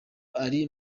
ari